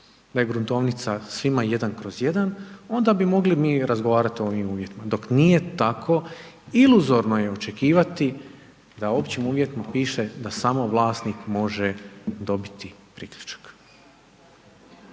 da je gruntovnica svima 1/1 onda bi mogli mi razgovarati o ovim uvjetima. Dok nije takvo, iluzorno je očekivati da općem uvjetima piše, da samo vlasnik može dobiti priključak,